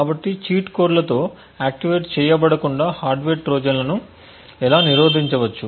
కాబట్టి cheat code లతో activate చేయబడకుండా హార్డ్వేర్ ట్రోజన్లను ఎలా నిరోధించవచ్చు